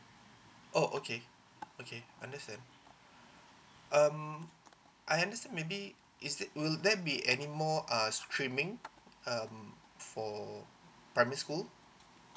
oh okay okay understand um I understand maybe is it will there be any more uh streaming um for primary school